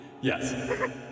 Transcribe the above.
Yes